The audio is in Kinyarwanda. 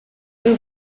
y’u